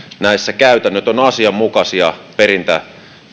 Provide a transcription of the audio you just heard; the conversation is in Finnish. käytännöt ovat asianmukaisia näissä